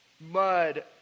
mud